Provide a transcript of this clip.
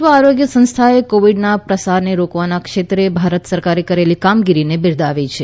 વિશ્વ આરોગ્ય સંસ્થા એ કોવિડના પ્રસારને રોકવાના ક્ષેત્રે ભારત સરકારે કરેલી કામગીરીને બિરદાવી છે